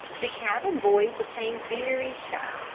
the cabin boy became very shy,